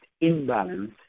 imbalance